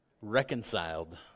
reconciled